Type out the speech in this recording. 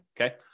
Okay